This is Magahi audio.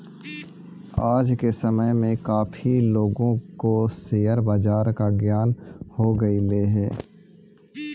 आज के समय में काफी लोगों को शेयर बाजार का ज्ञान हो गेलई हे